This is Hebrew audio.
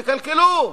תקלקלו,